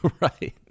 Right